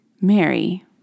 Mary